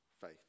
faith